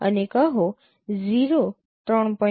અને કહો 0 3